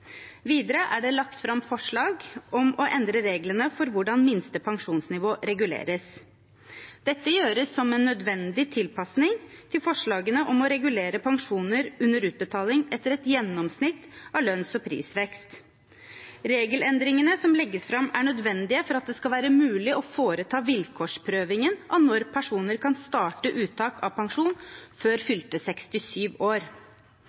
Videre er det lagt fram forslag om å endre reglene for hvordan minste pensjonsnivå reguleres. Dette gjøres som en nødvendig tilpasning til forslagene om å regulere pensjoner under utbetaling etter et gjennomsnitt av lønns- og prisvekst. Regelendringene som legges fram, er nødvendige for at det skal være mulig å foreta vilkårsprøvingen av når personer kan starte uttak av pensjon før fylte 67 år.